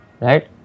Right